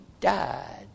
died